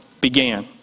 began